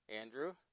Andrew